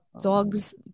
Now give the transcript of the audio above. dogs